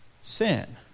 Sin